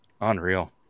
Unreal